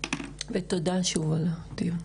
ותודה שוב על הדיון.